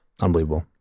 Unbelievable